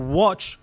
watch